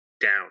down